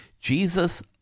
Jesus